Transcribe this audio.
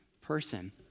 person